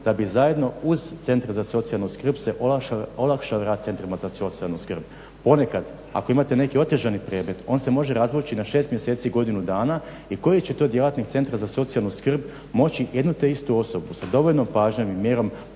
da bi zajedno uz centre za socijalnu skrb se olakšao rad centrima za socijalnu skrb. Ponekad ako imate neki otežani predmet, on se može razvući na 6 mjeseci, godinu dana i koji će to djelatnik centra za socijalnu skrb moći jednu te istu osobu sa dovoljno pažnje i mjerom